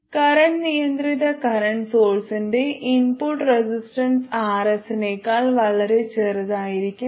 current നിയന്ത്രിത current സോഴ്സിന്റെ input resistance Rs നേക്കാൾ വളരെ ചെറുതായിരിക്കും